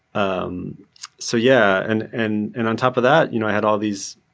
um so, yeah, and and and on top of that, you know i had all these